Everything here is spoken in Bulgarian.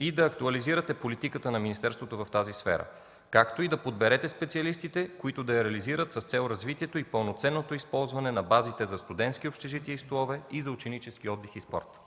и да актуализирате политиката на министерството в тази сфера, както и да подберете специалистите, които да я реализират с цел развитието и пълноценното използване на базата за „Студентски общежития и столове” и за „Ученически отдих и спорт”.